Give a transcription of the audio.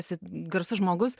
esi garsus žmogus